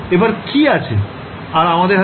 এবার কি আছে আর আমাদের হাতে